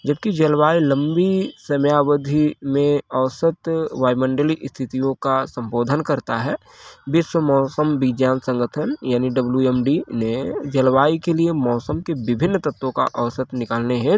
जबकि जलवायु लंबी समयावधि में औसत वायुमंडलीय स्थितियो का संबोधन करता है विश्व मौसम विज्ञान संगठन यानि डबल्यू एम डी ने जलवायु के लिए मौसम के विभिन्न तत्वों का औसत निकालने हेत